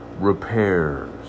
repairs